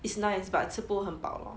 it's nice but 吃不很饱 lor